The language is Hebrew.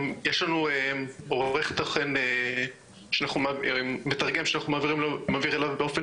יש לנו מתרגם שאנחנו מעבירים אליו באופן